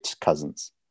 cousins